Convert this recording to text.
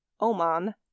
Oman